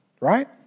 right